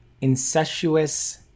incestuous